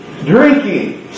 drinking